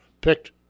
picked